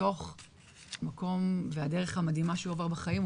מתוך המקום והדרך המדהימה שעבר בחיים,